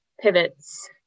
pivots